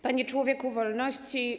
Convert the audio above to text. Panie Człowieku Wolności!